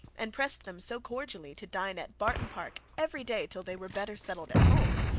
and pressed them so cordially to dine at barton park every day till they were better settled at home,